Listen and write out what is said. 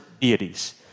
deities